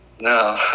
No